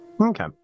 Okay